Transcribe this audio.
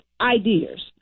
ideas